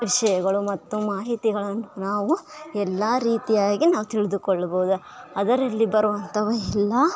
ವಿಷಯಗಳು ಮತ್ತು ಮಾಹಿತಿಗಳನ್ನು ನಾವು ಎಲ್ಲ ರೀತಿಯಾಗಿ ನಾವು ತಿಳಿದುಕೊಳ್ಬೌದು ಅದರಲ್ಲಿ ಬರೋವಂಥ ಎಲ್ಲ